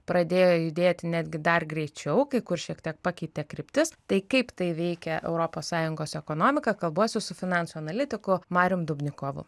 pradėjo judėti netgi dar greičiau kai kur šiek tiek pakeitė kryptis tai kaip tai veikia europos sąjungos ekonomiką kalbuosi su finansų analitiku marium dubnikovu